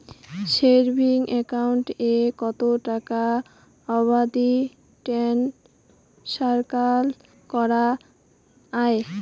Savings account এ কতো টাকা অবধি ট্রানসাকশান করা য়ায়?